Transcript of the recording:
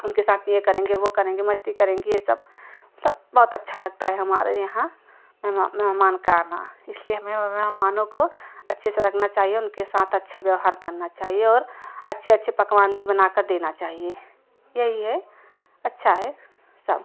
उनके साथ यह करेंगे वह करेंगे मस्ती करेंगे यह सब मतलब बहुत अच्छा लगता है हमारे यहाँ मेहमान का आना इसलिए हमें मेहमानों को अच्छे से रखना चाहिए उनके साथ अच्छा व्यवहार करना चाहिए और अच्छे अच्छे पकवान भी बनाकर देना चाहिए यही है अच्छा है सब